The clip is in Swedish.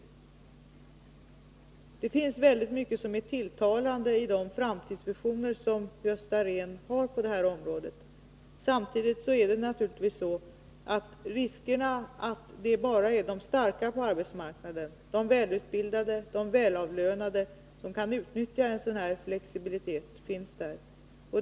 Det finns väldigt mycket som är tilltalande i de framtidsvisioner som Gösta Rehn har på detta område. Samtidigt finns naturligtvis risken att det bara är de starka på arbetsmarknaden, de välutbildade och de välavlönade som kan utnyttja en sådan här flexibilitet.